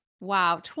Wow